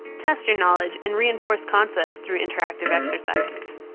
test your knowledge and reinforce concepts through interactive exercises.